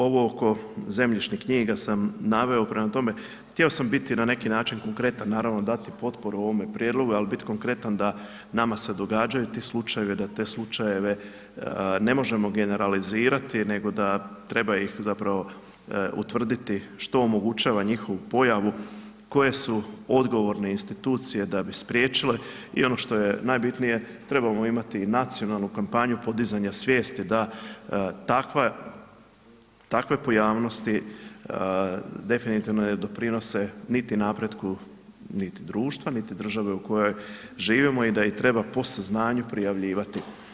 Ovo oko zemljišnih knjiga sam naveo, prema tome, htio sam biti na neki način konkretan, naravno dati potporu ovom prijedlogu, al bit konkretan da nama se događaju ti slučajevi, da te slučajeve ne možemo generalizirati, nego da treba ih zapravo utvrditi što omogućava njihovu pojavu, koje su odgovorne institucije da bi spriječile i ono što je najbitnije trebamo imati i nacionalnu kampanju podizanja svijesti da takve pojavnosti definitivno ne doprinose niti napretku, niti društva, niti države u kojoj živimo i da je trebamo po saznanju prijavljivati.